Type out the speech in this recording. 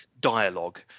dialogue